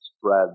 Spread